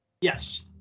yes